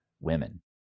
women